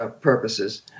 purposes